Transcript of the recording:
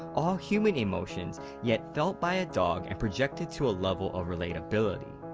all human emotions, yet felt by a dog and projected to a level of relatability.